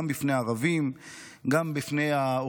גם בפני ערבים,